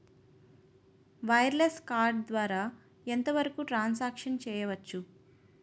Wireless card ద్వారా ఎంత వరకు ట్రాన్ సాంక్షన్ చేయవచ్చు?